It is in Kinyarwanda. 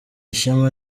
ishema